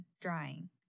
Drying